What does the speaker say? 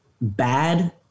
bad